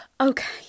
Okay